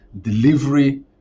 delivery